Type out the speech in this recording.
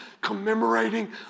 commemorating